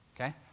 okay